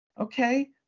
okay